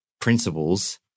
principles